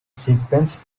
sequence